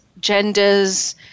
genders